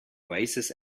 oasis